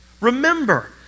Remember